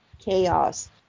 chaos